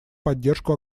поддержку